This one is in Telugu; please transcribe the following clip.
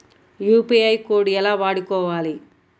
యూ.పీ.ఐ కోడ్ ఎలా వాడుకోవాలి?